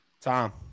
Tom